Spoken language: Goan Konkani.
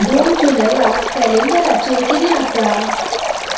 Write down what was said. दोन जुलयाक कॅलेंडराचेर कितें आसा